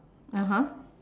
(uh huh)